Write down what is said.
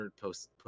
post